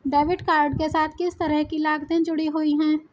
Debit card के साथ किस तरह की लागतें जुड़ी हुई हैं?